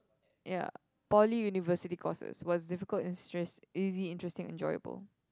ya Poly University courses was difficult and stress easy interesting enjoyable